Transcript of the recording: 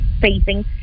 facing